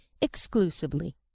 exclusively